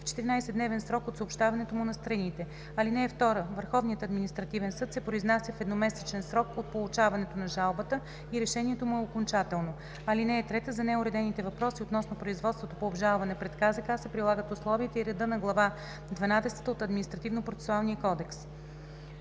в 14-дневен срок от съобщаването му на страните. (2) Върховният административен съд се произнася в едномесечен срок от получаването на жалбата и решението му е окончателно. (3) За неуредени въпроси относно производството по обжалване пред КЗК се прилагат условията и редът на Глава дванадесета